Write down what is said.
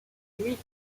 huit